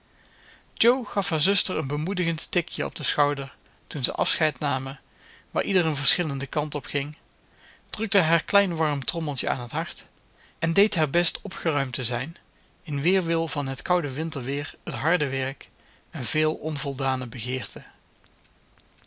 gaf haar zuster een bemoedigend tikje op den schouder toen ze afscheid namen waar ieder een verschillenden kant opging drukte haar klein warm trommeltje aan het hart en deed haar best opgeruimd te zijn in weerwil van het koude winterweer het harde werk en veel onvoldane